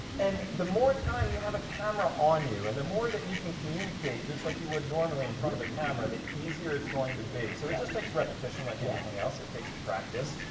and the more time you have a camera on you and the more that you can communicate just like you would normally in front of a camera, the easier it's going to be. so, it just takes repetition like anything else. it takes practice.